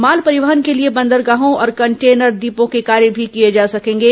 माल परिवहन के लिए बंदरगाहों और कंटेनर डिपो के कार्य भी किये जा सकेंगे